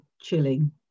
chilling